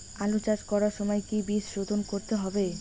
আলু চাষ করার সময় কি বীজ শোধন করতে হবে?